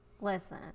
listen